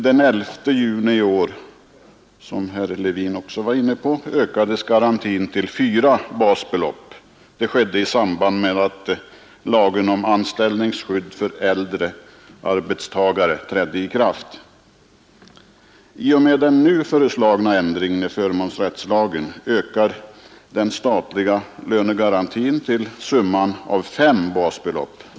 Den 11 juni i år ökades garantin till fyra basbelopp, vilket herr Levin nämnde. Det skedde i samband med att lagen om anställningsskydd för äldre arbetstagare trädde i kraft. I och med den nu föreslagna ändringen i förmånsrättslagen ökar den statliga lönegarantin till summan av fem basbelopp.